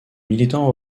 militants